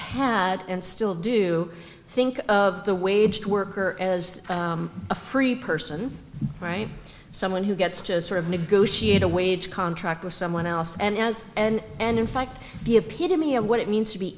had and still do think of the wage worker as a free person right someone who gets just sort of negotiate a wage contract with someone else and as and and in fact the epitome of what it means to be